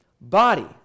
body